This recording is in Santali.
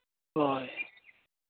ᱦᱳᱭ